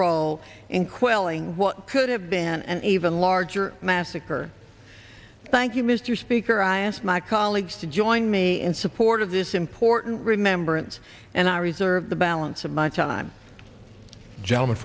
quelling what could have been an even larger massacre thank you mr speaker i ask my colleagues to join me in support of this important remembrance and i reserve the balance of much time gentleman